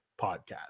Podcast